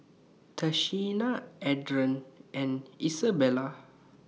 Tashina Adron and Izabella